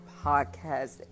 podcast